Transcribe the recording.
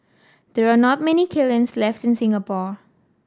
there are not many kilns left in Singapore